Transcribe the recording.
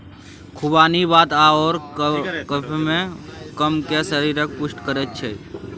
खुबानी वात आओर कफकेँ कम कए शरीरकेँ पुष्ट करैत छै